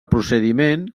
procediment